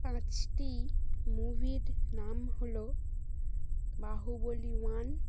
পাঁচটি মুভির নাম হল বাহুবলী ওয়ান